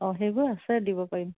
অঁ সেইবোৰ আছে দিব পাৰিম